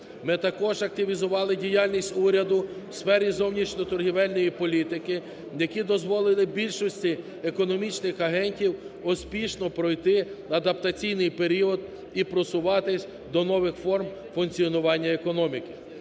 Ми також активізували діяльність уряду у сфері зовнішньоторговельної політики, які дозволили більшості економічних агентів успішно пройти адаптаційний період і просуватися до нових форм функціонування економіки.